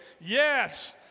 Yes